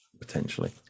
Potentially